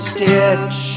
Stitch